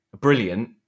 brilliant